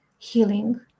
healing